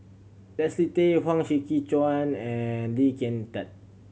Leslie Tay Huang Shiqi Joan and Lee Kin Tat